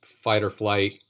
fight-or-flight